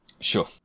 Sure